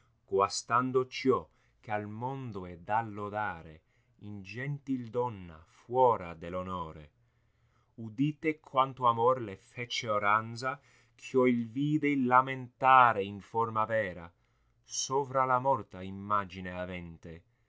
guastando ciò che al mondo e da lodare in gentil donna fuora dell onore udite quanto amor le fece orranza gh io m vidi lamentare in forma vera sovia la morta immagine avvenente